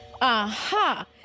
Aha